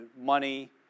money